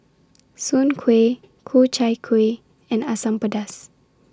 Soon Kway Ku Chai Kueh and Asam Pedas